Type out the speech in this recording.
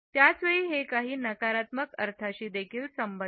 त्याच वेळी हे काही नकारात्मक अर्थांशी देखील संबद्ध आहे